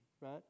right